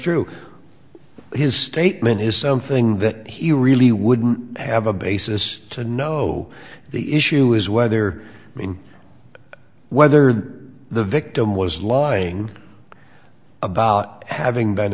true his statement is something that he really wouldn't have a basis to know the issue is whether i mean whether the victim was lying about having been